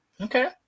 Okay